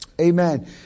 Amen